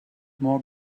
more